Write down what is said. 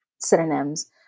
synonyms